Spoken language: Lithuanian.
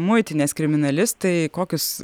muitinės kriminalistai kokius